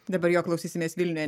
dabar jo klausysimės vilniuje